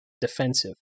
defensive